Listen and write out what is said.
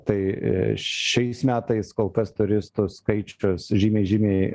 tai šiais metais kol kas turistų skaičius žymiai žymiai